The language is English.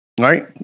right